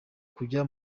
kujya